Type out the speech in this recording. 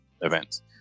events